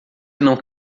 não